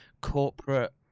corporate